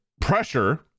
pressure